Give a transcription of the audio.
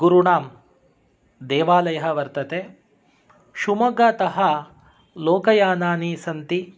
गुरूणां देवालयः वर्तते शिव्मोग्गातः लोकयानानि सन्ति